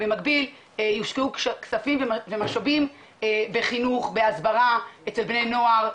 במקביל יושקעו כספים ומשאבים בחינוך ובהסברה אצל בני נוער,